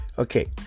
Okay